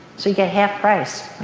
so you get half price,